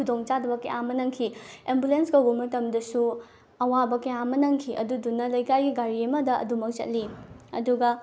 ꯈꯨꯗꯤꯡ ꯆꯥꯗꯕ ꯀꯌꯥ ꯑꯃ ꯅꯪꯈꯤ ꯑꯦꯝꯕꯨꯂꯦꯟꯁ ꯀꯧꯕ ꯃꯇꯝꯗꯁꯨ ꯑꯋꯥꯕ ꯀꯌꯥ ꯑꯃ ꯅꯪꯈꯤ ꯑꯗꯨꯗꯅ ꯂꯩꯀꯥꯏꯒꯤ ꯒꯥꯔꯤ ꯑꯃꯗ ꯑꯗꯨꯝꯃꯛ ꯆꯠꯂꯤ ꯑꯗꯨꯒ